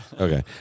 Okay